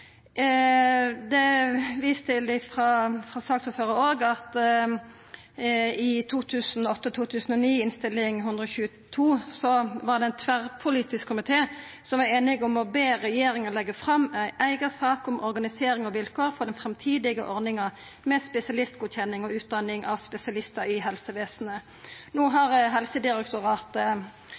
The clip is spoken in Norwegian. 122 for 2008–2009, der ein tverrpolitisk komité var einig om å be regjeringa om å leggja fram ei eiga sak om organisering og vilkår for den framtidige ordninga med spesialistgodkjenning og utdanning av spesialistar i helsevesenet. No har Helsedirektoratet